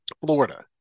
Florida